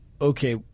okay